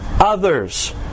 others